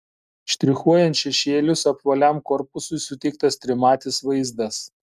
štrichuojant šešėlius apvaliam korpusui suteiktas trimatis vaizdas